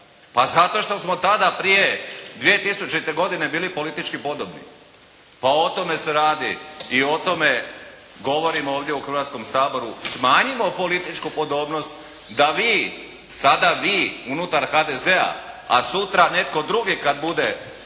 Pa zato što smo tada prije 2000. godine bili politički podobni. Pa o tome se radi. I o tome govorim ovdje u Hrvatskom saboru, smanjimo političku podobnosti da vi, sada vi unutar HDZ-a, a sutra netko drugi kad bude